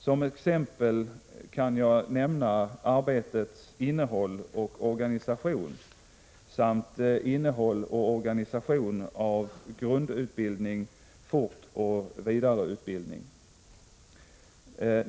Som exempel kan jag nämna arbetets innehåll och organisation samt innehåll och organisation av grundutbildning, fortoch vidareutbildning.